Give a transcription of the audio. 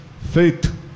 faith